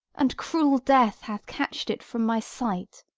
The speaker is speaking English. and cruel death hath catch'd it from my sight!